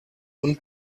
und